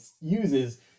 uses